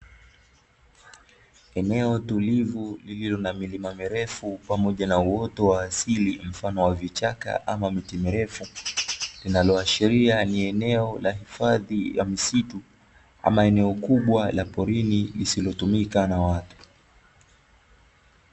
Eneo tulivu lililo na milima mirefu pamoja na uoto wa asili mfano wa vichaka ama miti mirefu, linaloashiria ni eneo la hifadhi ya misitu ama, eneo kubwa la porini lisilotumika na watu.